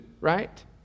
right